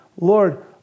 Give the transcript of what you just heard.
Lord